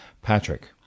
Patrick